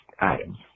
items